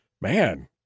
man